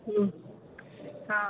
હમ હાં